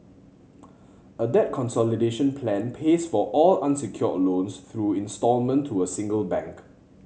a debt consolidation plan pays for all unsecured loans through instalment to a single bank